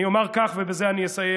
אני אומר כך, ובזה אני אסיים,